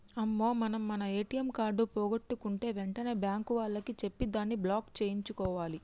అమ్మో మనం మన ఏటీఎం కార్డు పోగొట్టుకుంటే వెంటనే బ్యాంకు వాళ్లకి చెప్పి దాన్ని బ్లాక్ సేయించుకోవాలి